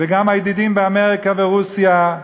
וגם הידידים באמריקה ורוסיה,